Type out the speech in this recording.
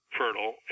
fertile